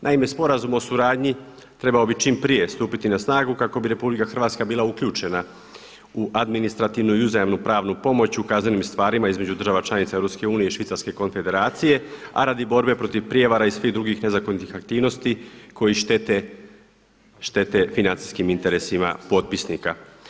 Naime, sporazum o suradnji trebao bi čim prije stupiti na snagu kako bi RH bila uključena u administrativnu i uzajamnu pravnu pomoć u kaznenim stvarima između država članica EU i Švicarske konfederacije, a radi borbe protiv prijevara i svih drugih nezakonitih aktivnosti koji štete financijskim interesima potpisnika.